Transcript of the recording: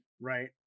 right